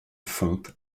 fonte